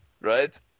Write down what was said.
Right